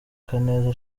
kaneza